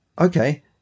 okay